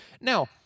Now